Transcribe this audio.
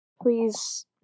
please